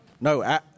No